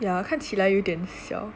ya 看起来有点小